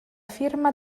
firma